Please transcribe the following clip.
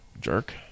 Jerk